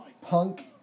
punk